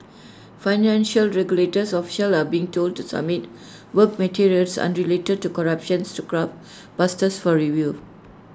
financial regulators officials are being told to submit work materials unrelated to corruptions to graft busters for review